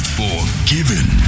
forgiven